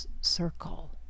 circle